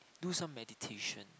do some meditation